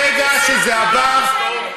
שברגע שזה עבר,